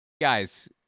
Guys